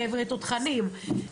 חבר'ה תותחנים,